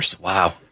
Wow